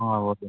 ah okay sir